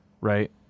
right